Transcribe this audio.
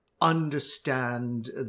understand